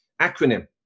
acronym